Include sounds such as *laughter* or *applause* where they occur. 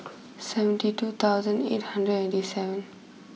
*noise* seventy two thousand eight hundred eighty seven